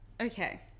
Okay